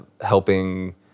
helping